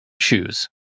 shoes